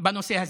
בנושא הזה.